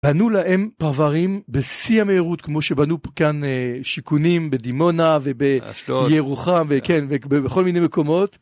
בנו להם פרברים בשיא המהירות כמו שבנו כאן שיכונים בדימונה ובירוחם ובכל מיני מקומות.